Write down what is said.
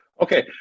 Okay